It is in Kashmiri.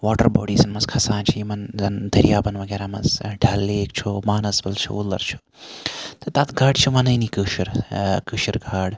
واٹَر باڈیٖزَن مَنٛز کھَسان چھِ یِمَن زَن دٔریابن وَغیرہ مَنٛز ڈَل لیک چھُ مانَسبَل چھُ وُلَر چھُ تَتھ گاڈِ چھِ وَنٲنی کٲشر کٲشِر گاڈ